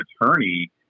attorney